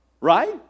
Right